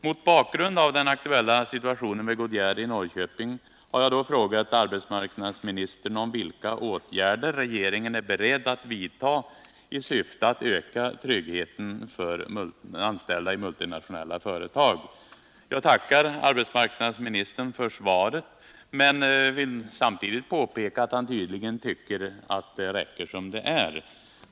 Mot bakgrunden av den aktuella situationen vid Goodyear i Norrköping har jag frågat arbetsmarknadsministern om vilka åtgärder regeringen är beredd att vidta i syfte att öka tryggheten för anställda i multinationella företag. Jag får tacka arbetsmarknadsministern för svaret men vill samtidigt påpeka att han tydligen tycker att det bra som det är.